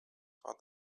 other